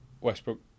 Westbrook